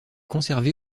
conservé